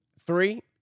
Three